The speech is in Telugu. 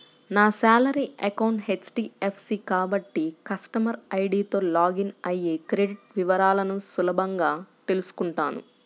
నా శాలరీ అకౌంట్ హెచ్.డి.ఎఫ్.సి కాబట్టి కస్టమర్ ఐడీతో లాగిన్ అయ్యి క్రెడిట్ వివరాలను సులభంగా తెల్సుకుంటాను